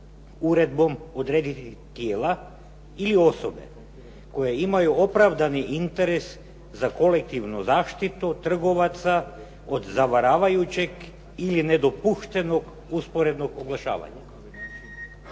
uredbom odrediti tijela ili osobe koje imaju opravdani interes za kolektivnu zaštitu trgovaca kod zavaravajućeg ili nedopuštenog usporednog oglašavanja."